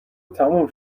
تموم